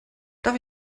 darf